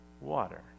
water